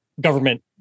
government